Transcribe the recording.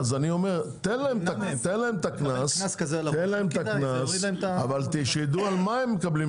תן להם את הקנס, אבל שידעו על מה הם מקבלים.